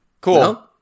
Cool